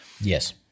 Yes